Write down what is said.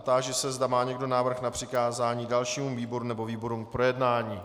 Táži se, zda má někdo návrh na přikázání dalšímu výboru nebo výborům k projednání?